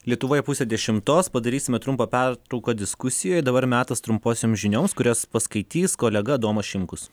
lietuvoje pusę dešimtos padarysime trumpą pertrauką diskusijoj dabar metas trumposioms žinioms kurias paskaitys kolega domas šimkus